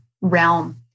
realm